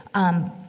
um,